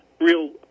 real